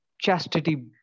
chastity